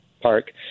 Park